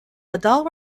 badal